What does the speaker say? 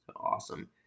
Awesome